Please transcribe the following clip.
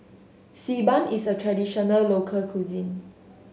Xi Ban is a traditional local cuisine